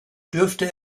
dürfte